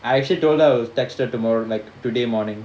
I actually told her I'll text her tomorrow like today morning